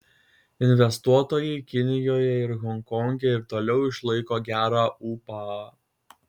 investuotojai kinijoje ir honkonge ir toliau išlaiko gerą ūpą